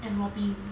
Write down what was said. and robin